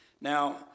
now